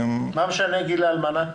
מה משנה גיל האלמנה?